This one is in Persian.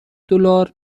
دلار